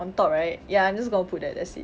on top right ya I'm just going to put that that's it